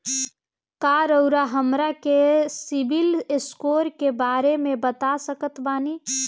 का रउआ हमरा के सिबिल स्कोर के बारे में बता सकत बानी?